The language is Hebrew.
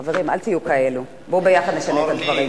חברים, אל תהיו כאלו, בואו ביחד נשנה את הדברים.